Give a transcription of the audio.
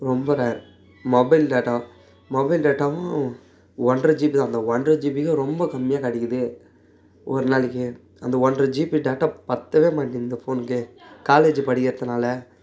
ரொம்ப rare mobile data mobile டேட்டாவும் ஒன்ற ஜிபி தான் அந்த ஒன்றரை ஜிபிக்கே ரொம்ப கம்மியாக கிடைக்கிது ஒரு நாளைக்கு அந்த ஒன்றரை ஜிபி டேட்டா பத்தவே மாட்டேன்து ஃபோன்க்கு காலேஜ் படிக்கிறதனால